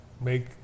make